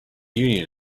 union